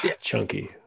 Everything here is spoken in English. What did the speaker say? Chunky